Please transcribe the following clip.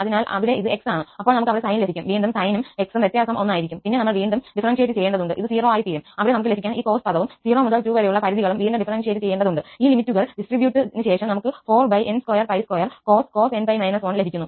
അതിനാൽ ഇവിടെ അത് x ആണ് അപ്പോൾ നമുക്ക് അവിടെ സൈൻ ലഭിക്കും വീണ്ടും സൈനും 𝑥 യുടെ വ്യത്യാസം 1 ആയിരിക്കും പിന്നെ നമ്മൾ വീണ്ടും ഡിഫറെന്റിയേറ്റ ചെയ്യേണ്ടതുണ്ട് ഇത് 0 ആയിത്തീരും അവിടെ നമുക്ക് ലഭിക്കാൻ ഈ കോസ് പദവും 0 മുതൽ 2 വരെയുള്ള പരിധികളും വീണ്ടും ഡിഫറെന്റിയേറ്റ ചെയ്യേണ്ടതുണ്ട് ഈ ലിമിറ്റുകൾ സുബ്സ്ടിട്യൂറ്റ് ശേഷം നമുക്ക് 4n22cos nπ 1 ലഭിക്കുന്നു